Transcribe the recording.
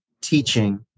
teaching